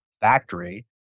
factory